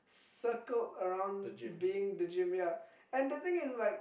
circled around being the gym ya and the thing is like